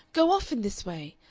go off in this way.